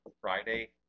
Friday